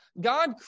God